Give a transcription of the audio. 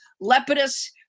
Lepidus